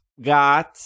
got